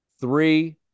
Three